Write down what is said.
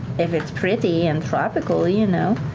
if it's pretty and tropical, you know.